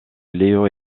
leo